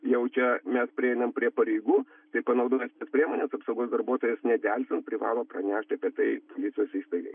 jau čia mes prieinam prie pareigų tai panaudojus priemones apsaugos darbuotojas nedelsiant privalo pranešti apie tai policijos įstaigai